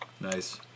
Nice